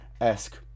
esque